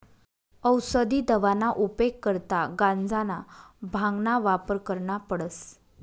औसदी दवाना उपेग करता गांजाना, भांगना वापर करना पडस